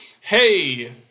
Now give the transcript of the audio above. hey